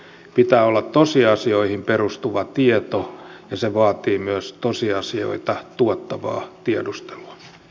pitää olla tosiasioihin perustuvaa tietoa ja se vaatii myös tosiasioita tuottavaa tiedustelua